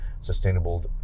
sustainable